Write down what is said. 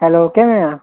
hello ਕਿਵੇਂ ਆ